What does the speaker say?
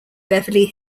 beverly